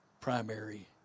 primary